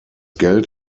geld